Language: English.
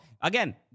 Again